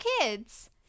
kids